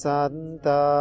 Santa